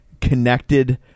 connected